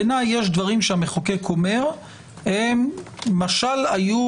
בעיניי יש דברים שהמחוקק אומר משל היו